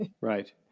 right